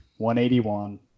181